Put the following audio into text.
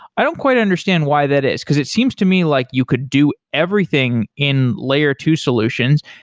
i don't quite understand why that is because it seems to me like you could do everything in layer two solutions.